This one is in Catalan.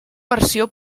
versió